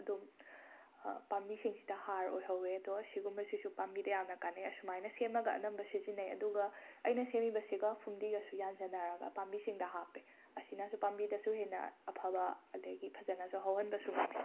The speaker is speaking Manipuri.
ꯑꯗꯨꯝ ꯄꯥꯝꯕꯤꯁꯤꯡꯁꯤꯗ ꯍꯥꯔ ꯑꯣꯏꯍꯧꯋꯦ ꯑꯗꯣ ꯑꯁꯤꯒꯨꯝꯕꯁꯤꯁꯨ ꯄꯥꯝꯕꯤꯗ ꯌꯥꯝꯅ ꯀꯥꯟꯅꯩ ꯑꯁꯨꯃꯥꯏꯅ ꯁꯦꯝꯃꯒ ꯑꯅꯝꯕ ꯁꯤꯖꯤꯟꯅꯩ ꯑꯗꯨꯒ ꯑꯩꯅ ꯁꯦꯝꯃꯤꯕꯁꯤꯒ ꯐꯨꯝꯗꯤꯒꯁꯨ ꯌꯥꯟꯖꯟꯅꯔꯒ ꯄꯥꯝꯕꯤꯁꯤꯡꯗ ꯍꯥꯞꯄꯦ ꯑꯁꯤꯅꯁꯨ ꯄꯥꯝꯕꯤꯗꯁꯨ ꯍꯦꯟꯅ ꯑꯐꯕ ꯑꯗꯒꯤ ꯐꯖꯅꯁꯨ ꯍꯧꯍꯟꯕꯁꯨ ꯉꯝꯃꯦ